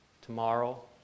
tomorrow